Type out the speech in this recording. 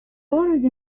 already